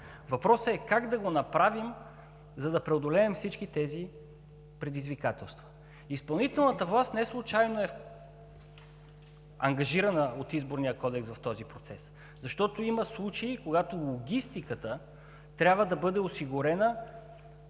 Въпросът е как да го направим, за да преодолеем всички тези предизвикателства? Изпълнителната власт неслучайно е ангажирана от Изборния кодекс в този процес, защото има случаи, когато логистиката трябва да бъде осигурена